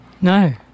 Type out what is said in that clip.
No